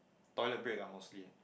toilet breaks lah mostly